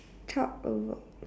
chop over